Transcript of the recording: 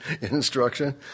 instruction